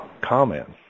comments